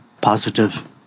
positive